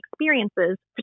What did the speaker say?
experiences